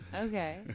okay